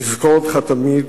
נזכור אותך תמיד.